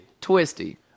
Twisty